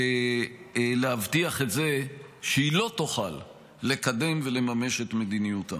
להבטיח את זה שהיא לא תוכל לקדם ולממש את מדיניותה.